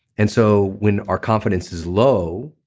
and so when our confidence is low,